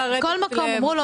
-- מנופאי.